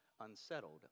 unsettled